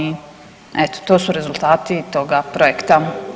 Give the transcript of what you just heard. Eto, to su rezultati toga projekta.